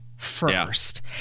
first